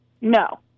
no